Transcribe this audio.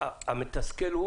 המתסכל הוא